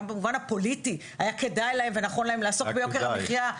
גם במובן הפוליטי היה כדאי להם ונכון להם לעסוק ביוקר המחיה.